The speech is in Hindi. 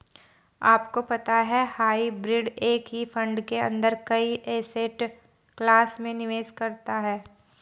आपको पता है हाइब्रिड एक ही फंड के अंदर कई एसेट क्लास में निवेश करता है?